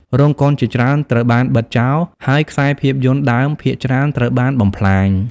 រោងកុនជាច្រើនត្រូវបានបិទចោល ហើយខ្សែភាពយន្តដើមភាគច្រើនត្រូវបានបំផ្លាញ។